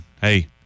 hey